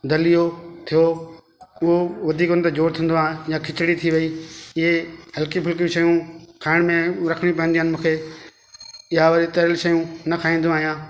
दलियो थियो उहो वधीक हुन ते ज़ोरु थींदो आह्र या खिचड़ी थी वई इह्र हल्की फुल्की शयूं खाइण में रखणियूं पवंदियूं आहिनि मूंखे या वरी तरियलु शयूं न खाईंदो आहियां